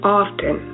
often